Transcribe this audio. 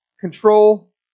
control